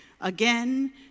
again